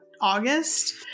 august